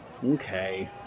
Okay